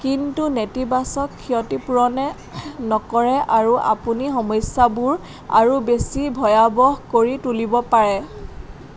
কিন্তু নেতিবাচক ক্ষতিপূৰণে নকৰে আৰু আনকি সমস্যাবোৰ আৰু বেছি ভয়াৱহ কৰি তুলিব পাৰে